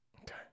Okay